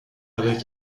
avec